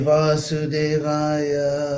Vasudevaya